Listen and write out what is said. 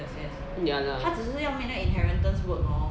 ya lah